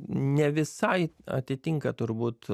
ne visai atitinka turbūt